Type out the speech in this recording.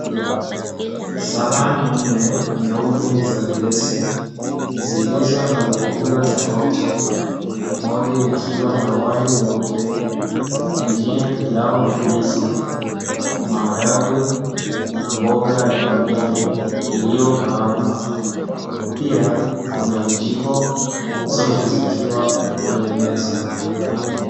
Sahani nne nyeupe za glesi, zilizo na vyakula tofauti. Moja ikiwa na wali mweupe, ingine pilau na ndizi. Maharagwe na mboga ya majani iliyokaangwa. Pia kuna vijiko zote zikiwa kwenye meza.